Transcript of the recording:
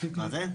מה זה?